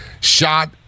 shot